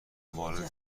وارد